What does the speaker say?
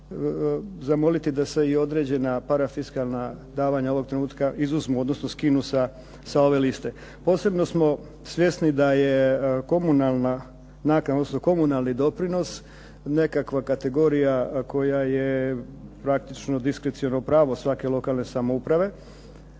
da se i određena parafiskalna davanja ovog trenutka izuzmu, odnosno skinu sa ove liste. Posebno smo svjesni da je komunalna naknada, odnosno komunalni doprinos nekakva kategorija koja je praktično diskreciono pravo svake lokalne samouprave,